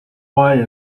while